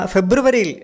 February